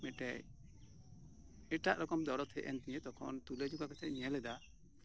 ᱢᱤᱫᱴᱮᱡ ᱮᱴᱟᱜ ᱨᱚᱠᱚᱢ ᱫᱚᱨᱚᱫ ᱦᱮᱡ ᱮᱱ ᱛᱤᱧᱟᱹ ᱛᱚᱠᱷᱚᱱ ᱛᱩᱞᱟᱹ ᱡᱚᱠᱷᱟ ᱠᱟᱛᱮᱧ ᱧᱮᱞ ᱮᱫᱟ